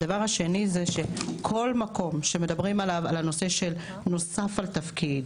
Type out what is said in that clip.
הדבר השני הוא שבכל מקום שמדברים על "נוסף על תפקיד"